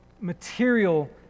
material